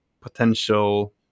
potential